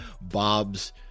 bob's